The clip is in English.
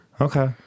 Okay